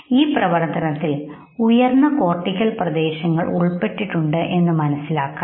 ഈ പ്രവർത്തനത്തിൽ ഉയർന്ന കോർട്ടിക്കൽ പ്രദേശങ്ങൾ ഉൾപ്പെട്ടിട്ടുണ്ടെന്ന് മനസ്സിലാക്കാം